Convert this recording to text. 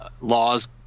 laws